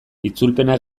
itzulpena